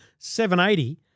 $780